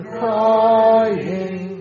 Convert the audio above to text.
crying